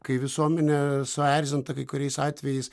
kai visuomenė suerzinta kai kuriais atvejais